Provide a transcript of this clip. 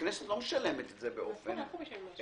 הכנסת לא משלמת את זה באופן ישיר,